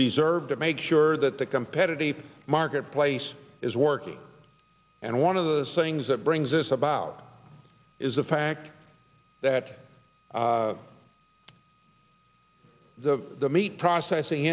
deserve to make sure that the competitive marketplace is working and one of the things that brings is about is the fact that the meat processing